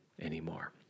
anymore